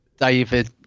David